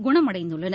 குணமடைந்துள்ளனர்